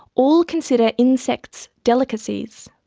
all consider insects delicacies.